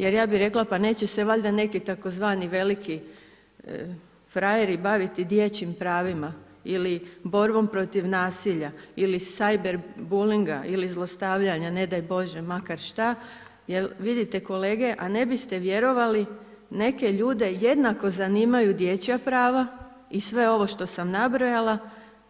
Jer ja bih rekla pa neće se neki tzv. veliki frajeri baviti dječjim pravima ili borbom protiv nasilja ili cyber bulinga ili zlostavljanja ne daj Bože makar šta, jer vidite kolege, a ne biste vjerovali neke ljude jednako zanimaju dječja prava i sve ovo što sam nabrojala,